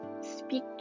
speak